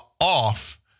off